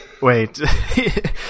Wait